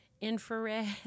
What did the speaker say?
infrared